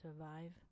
survive